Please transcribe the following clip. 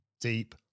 deep